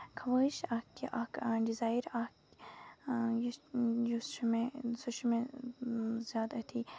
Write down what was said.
خٲیِش اکھ کہِ اکھ ڈِزایِر اکھ یُس چھُ مےٚ سُہ چھُ مےٚ زیادٕ أتھی